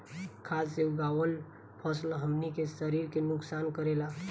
खाद्य से उगावल फसल हमनी के शरीर के नुकसान करेला